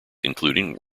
including